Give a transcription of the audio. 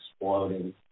exploding